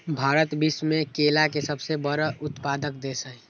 भारत विश्व में केला के सबसे बड़ उत्पादक देश हई